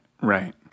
Right